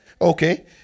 Okay